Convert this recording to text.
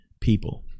people